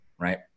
right